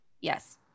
Yes